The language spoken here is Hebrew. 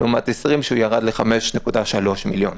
לעומת 2020 שהוא ירד ל-5.3 מיליון.